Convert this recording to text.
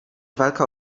walka